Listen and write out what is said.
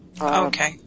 Okay